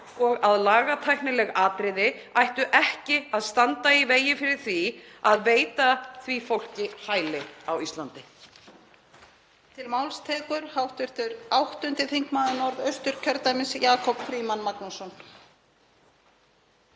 og að lagatæknileg atriði ættu ekki að standa í vegi fyrir því að veita því fólki hæli á Íslandi.